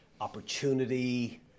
opportunity